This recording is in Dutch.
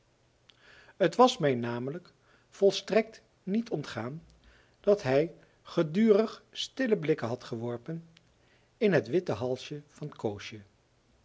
het was mij namelijk volstrekt niet ontgaan dat hij gedurig stille blikken had geworpen in het witte halsje van